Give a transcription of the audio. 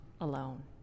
alone